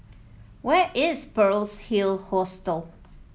where is Pearl's Hill Hostel